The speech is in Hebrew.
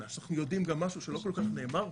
אנחנו יודעים גם משהו שלא כל כך נאמר פה,